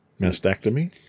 Mastectomy